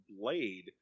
Blade